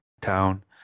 town